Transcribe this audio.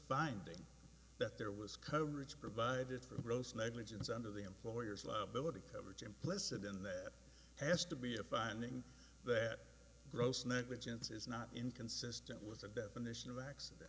finding that there was coverage provided for gross negligence under the employer's liability coverage implicit in that has to be a finding that gross negligence is not inconsistent with the definition of accident